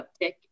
uptick